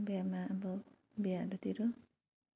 अब बिहाहरूतिर